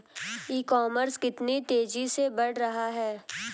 ई commerce कितनी तेजी से बढ़ रहा है?